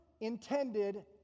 intended